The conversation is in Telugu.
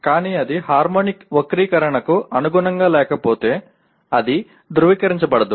కానీ అది హార్మోనిక్ వక్రీకరణకు అనుగుణంగా లేకపోతే అది ధృవీకరించబడదు